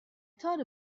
thought